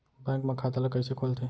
Bank म खाता ल कइसे खोलथे?